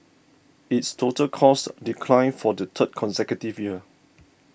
its total costs declined for the third consecutive year